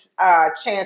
Chance